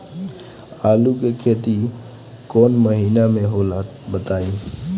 आलू के खेती कौन महीना में होला बताई?